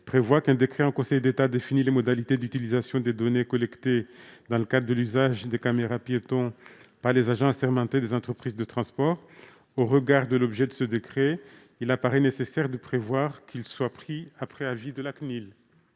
prévoit qu'un décret en Conseil d'État définit les modalités d'utilisation des données collectées dans le cadre de l'usage des caméras-piétons par les agents assermentés des entreprises de transport. Au regard de l'objet de ce décret, il paraît nécessaire de préciser que celui-ci sera pris après avis de la CNIL.